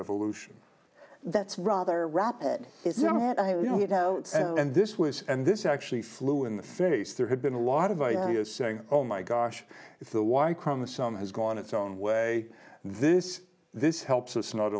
evolution that's rather rapid isn't it i you know and this was and this actually flew in the face there had been a lot of ideas saying oh my gosh if the y chromosome has gone its own way this this helps us not